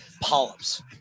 polyps